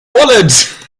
wallet